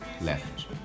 left